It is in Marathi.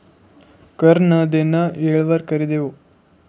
कर नं देनं येळवर करि देवं